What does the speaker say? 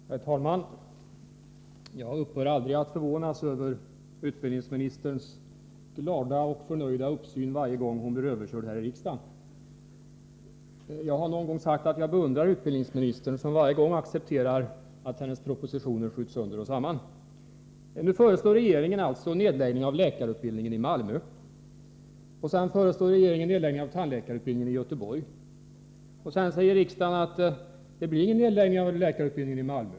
Herr talman! Jag upphör aldrig att förvånas över utbildningsministerns glada och förnöjda uppsyn varje gång hon blir överkörd här i riksdagen. Jag har någon gång sagt, att jag beundrar utbildningsministern, som varje gång accepterar att hennes propositioner skjuts sönder och samman. Först föreslår regeringen alltså nedläggning av läkarutbildningen i Malmö och av tandläkarutbildningen i Göteborg. Därefter säger riksdagen: Det blir ingen nedläggning av läkarutbildningen i Malmö.